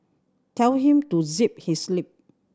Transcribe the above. tell him to zip his lip